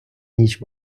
ніч